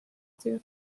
too